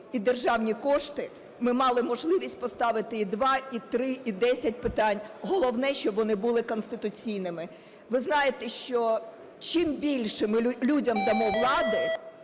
і державні кошти, ми мали можливість поставити і два, і три, і десять питань, головне, щоб вони були конституційними. Ви знаєте, що чим більше ми людям дамо влади,